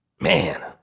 Man